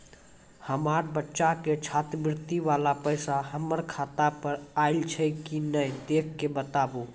हमार बच्चा के छात्रवृत्ति वाला पैसा हमर खाता पर आयल छै कि नैय देख के बताबू?